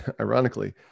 ironically